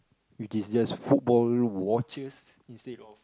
which is just football watches instead of